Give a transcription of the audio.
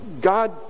God